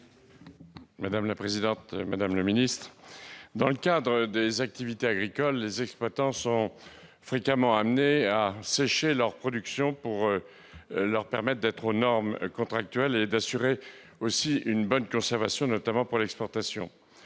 défendre l'amendement n° I-843. Dans le cadre de leur activité agricole, les exploitants sont fréquemment amenés à sécher leurs productions pour leur permettre d'être aux normes contractuelles et d'assurer une bonne conservation, notamment pour l'exportation.